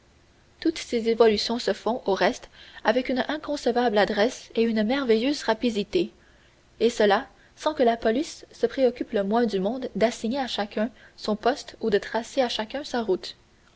toutes ces évolutions se font au reste avec une inconcevable adresse et une merveilleuse rapidité et cela sans que la police se préoccupe le moins du monde d'assigner à chacun son poste ou de tracer à chacun sa route